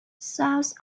sounds